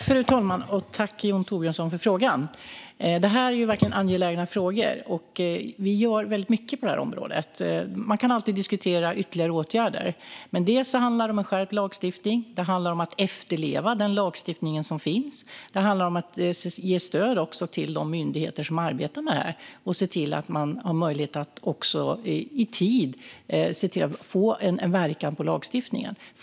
Fru talman! Tack, Jon Thorbjörnson, för frågan! Det här är verkligen angelägna frågor, och vi gör mycket på det här området. Man kan alltid diskutera ytterligare åtgärder, men det handlar om skärpt lagstiftning och om att efterleva den lagstiftning som finns. Det handlar också om att ge stöd till de myndigheter som arbetar med detta och se till att det finns möjlighet att i tid få en verkan på lagstiftningen.